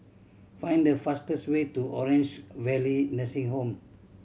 find the fastest way to Orange Valley Nursing Home